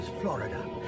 Florida